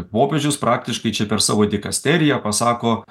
popiežius praktiškai čia per savo dikasteriją pasako